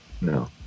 No